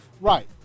right